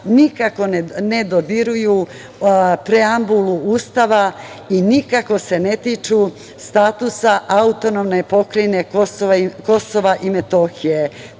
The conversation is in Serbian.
nikako ne dodiruju preambulu Ustava i nikako se ne tiču statusa AP Kosova i Metohije.